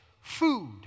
food